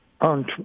on